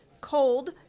cold